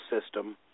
system